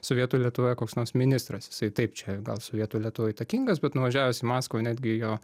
sovietų lietuvoje koks nors ministras jisai taip čia gal sovietų lietuvoj įtakingas bet nuvažiavęs į maskvą netgi jo